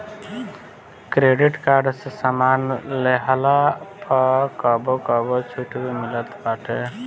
credit card से सामान लेहला पअ कबो कबो छुट भी मिलत बाटे